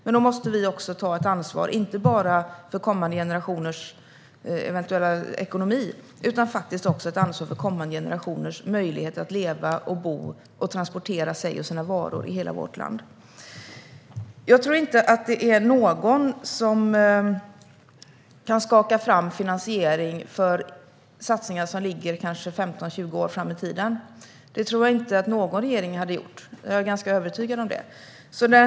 Men då måste vi också ta ett ansvar, inte bara för kommande generationers ekonomi utan faktiskt också för kommande generationers möjligheter att leva och bo och transportera sig och sina varor i hela vårt land. Jag tror inte att någon kan skaka fram finansiering för satsningar som ligger 15-20 år framåt i tiden. Det är jag ganska övertygad om att ingen regering skulle klara.